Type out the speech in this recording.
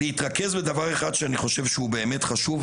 רוצה להתרכז בדבר אחד שאני חושב שהוא באמת חשוב,